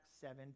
seven